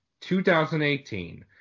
2018